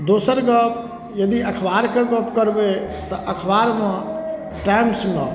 दोसर गॅप यदि अखबारके गॅप करबै बात तऽ अखबारमे टाइम्समे